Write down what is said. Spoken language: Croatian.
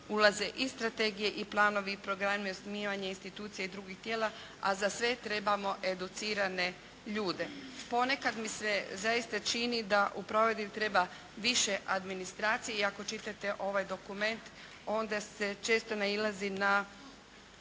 ulaze i strategije i planovi i programi, osnivanje institucije i drugih tijela, a za sve trebamo educirane ljude. Ponekad mi se zaista čini da u provedbi treba više administracije i ako čitate ovaj dokument onda se često nailazi na